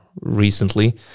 recently